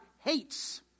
hates